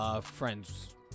Friends